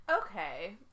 Okay